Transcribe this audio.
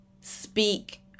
speak